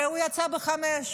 הרי הוא יצא ב-17:00,